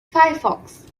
firefox